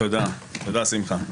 תודה, שמחה.